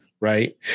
Right